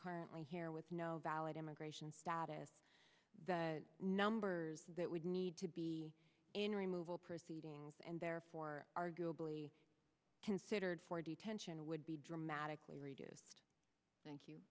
currently here with no valid immigration status that number that would need to be in removal proceedings and therefore arguably considered for detention would be dramatically reduced thank